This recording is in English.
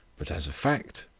but as a fact,